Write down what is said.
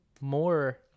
more